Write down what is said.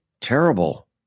terrible